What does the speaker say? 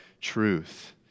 truth